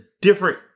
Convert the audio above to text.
different